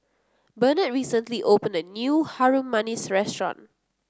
Benard recently opened a new Harum Manis restaurant